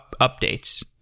updates